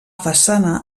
façana